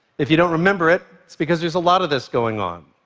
if you don't remember it, it's because there's a lot of this going on.